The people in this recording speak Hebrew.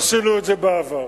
עשינו את זה בעבר.